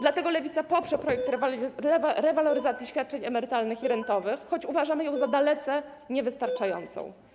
Dlatego Lewica poprze projekt rewaloryzacji świadczeń emerytalnych i rentowych, choć uważamy ją za dalece niewystarczającą.